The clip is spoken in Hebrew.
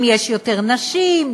אם יש יותר נשים,